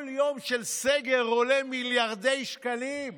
כל יום של סגר עולה מיליארדי שקלים.